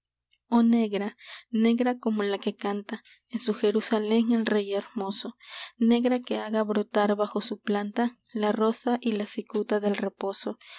o negra negra como la que canta en su jerusalem el rey hermoso negra que haga brotar bajo su planta la rosa y la cicuta del reposo